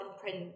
print